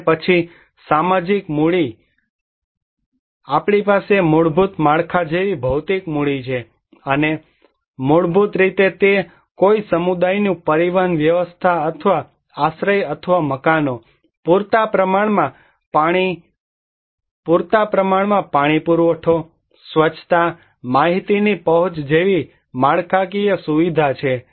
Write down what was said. અને પછી સામાજિક મૂડી પછી આપણી પાસે મૂળભૂત માળખા જેવી ભૌતિક મૂડી છે અને મૂળભૂત રીતે તે કોઈ સમુદાયનું પરિવહન વ્યવસ્થા અથવા આશ્રય અથવા મકાનો પૂરતા પ્રમાણમાં પાણી પુરવઠો સ્વચ્છતા માહિતીની પહોંચ જેવી માળખાકીય સુવિધા છે